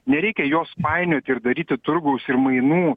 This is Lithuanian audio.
nereikia jos painioti ir daryti turgaus ir mainų